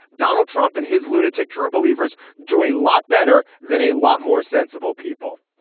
donald trump and his lunatic true believers do a lot better than a lot more sensible people.